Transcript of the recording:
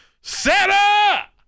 Santa